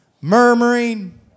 murmuring